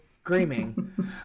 screaming